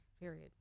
Period